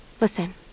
listen